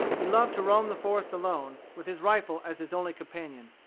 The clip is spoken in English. he loved to roam the forest alone, with his rifle as his only companion,